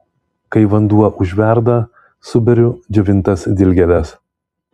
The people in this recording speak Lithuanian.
kai vanduo užverda suberiu džiovintas dilgėles